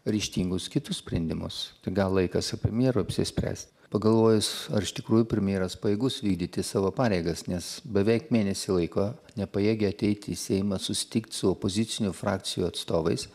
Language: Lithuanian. ryžtingus kitus sprendimus tai gal laikas ir premjerui apsispręst pagalvojus ar iš tikrųjų premjeras pajėgus vykdyti savo pareigas nes beveik mėnesį laiko nepajėgia ateit į seimą susitikt su opozicinių frakcijų atstovais